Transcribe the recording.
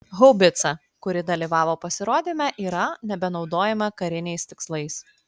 haubica kuri dalyvavo pasirodyme yra nebenaudojama kariniais tikslais